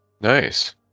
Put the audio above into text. nice